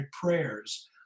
prayers